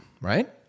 Right